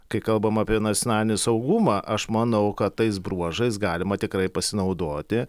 kai kalbama apie nacionalinį saugumą aš manau kad tais bruožais galima tikrai pasinaudoti